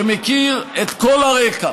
שמכיר את כל הרקע